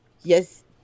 Yes